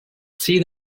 see